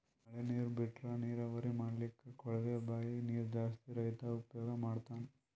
ಮಳಿ ನೀರ್ ಬಿಟ್ರಾ ನೀರಾವರಿ ಮಾಡ್ಲಕ್ಕ್ ಕೊಳವೆ ಬಾಂಯ್ ನೀರ್ ಜಾಸ್ತಿ ರೈತಾ ಉಪಯೋಗ್ ಮಾಡ್ತಾನಾ